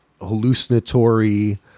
hallucinatory